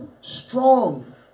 strong